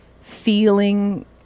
feeling